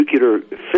nuclear